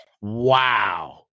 Wow